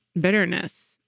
bitterness